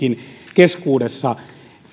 keskuudessa